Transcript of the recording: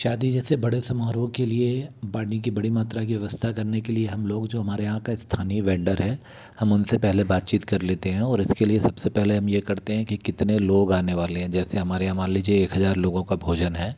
शादी जैसे बड़े समारोह के लिए पानी की बड़ी मात्रा की व्यवस्था करने के लिए हम लोग जो हमारे यहाँ का स्थानीय वेंडर है हम उनसे पहले बातचीत कर लेते हैं और इसके लिए सबसे पहले हम यह करते हैं कि कितने लोग आने वाले हैं जैसे हमारे यहाँ मान लीजिए एक हज़ार लोगों का भोजन है